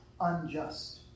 unjust